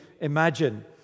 imagine